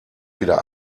wieder